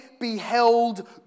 beheld